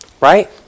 Right